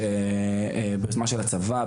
ביוזמה של הצבא,